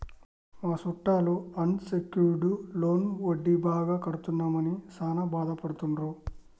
మా సుట్టాలు unsecured loan వడ్డీ బాగా కడుతున్నామని సాన బాదపడుతున్నారు